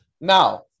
Now